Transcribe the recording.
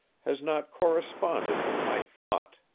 has not corresponded with my thought.